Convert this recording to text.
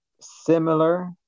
similar